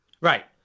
Right